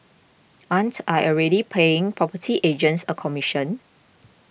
aren't I already paying property agents a commission